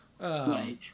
Right